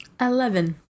Eleven